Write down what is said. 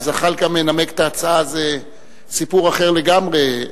אם זחאלקה מנמק את ההצעה, זה סיפור אחר לגמרי.